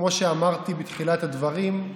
כמו שאמרתי בתחילת הדברים,